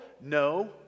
No